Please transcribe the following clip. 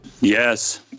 Yes